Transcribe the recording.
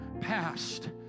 past